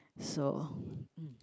so um